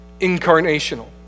incarnational